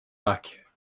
back